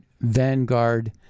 Vanguard